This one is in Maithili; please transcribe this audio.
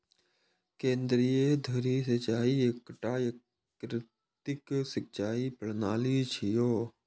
केंद्रीय धुरी सिंचाइ एकटा यंत्रीकृत सिंचाइ प्रणाली छियै